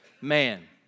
Man